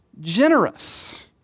generous